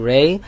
Ray